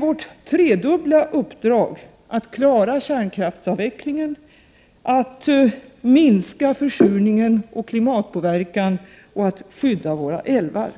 Vårt tredubbla uppdrag är där att klara kärnkraftsavvecklingen, att minska försurningen och klimatpåverkan och att skydda våra älvar.